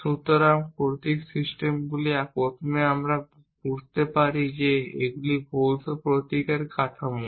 সুতরাং প্রতীক সিস্টেমগুলি প্রথমে আমরা বুঝতে পারি যে এগুলি ভৌত প্রতীক এর কাঠামো